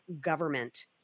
government